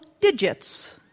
digits